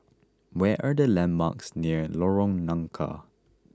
where are the landmarks near Lorong Nangka